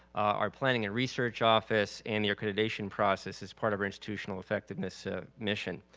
our planning and research office and the accreditation process is part our institutional effectiveness ah mission.